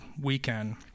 weekend